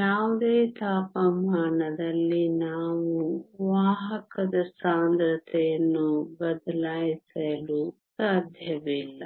ಯಾವುದೇ ತಾಪಮಾನದಲ್ಲಿ ನಾವು ವಾಹಕದ ಸಾಂದ್ರತೆಯನ್ನು ಬದಲಾಯಿಸಲು ಸಾಧ್ಯವಿಲ್ಲ